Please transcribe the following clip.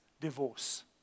divorce